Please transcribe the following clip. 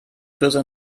böse